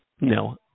No